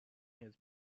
his